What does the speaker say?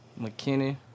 McKinney